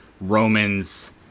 Roman's